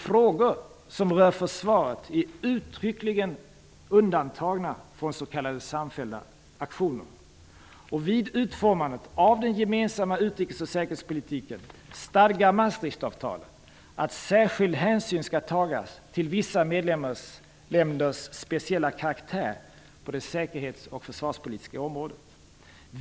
Frågor som rör försvaret är uttryckligen undantagna från s.k. samfällda aktioner. Vid utformandet av den gemensamma utrikes och säkerhetspolitiken stadgar Maastrichtavtalet att särskild hänsyn skall tagas till vissa medlemsländers speciella karaktär på det säkerhets och försvarspolitiska området.